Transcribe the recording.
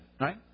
Right